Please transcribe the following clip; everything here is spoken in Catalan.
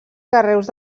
carreus